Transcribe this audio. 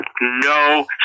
no